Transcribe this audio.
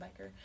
biker